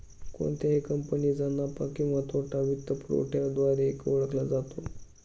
कोणत्याही कंपनीचा नफा किंवा तोटा वित्तपुरवठ्याद्वारेही ओळखला जातो